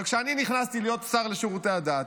אבל כשאני נכנסתי להיות השר לשירותי דת,